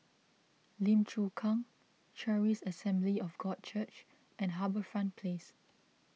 Lim Chu Kang Charis Assembly of God Church and HarbourFront Place